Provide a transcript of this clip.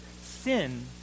sin